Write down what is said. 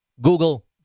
Google